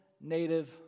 native